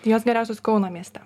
jos geriausios kauno mieste